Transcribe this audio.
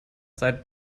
seit